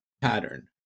pattern